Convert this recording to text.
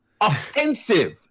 offensive